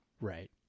right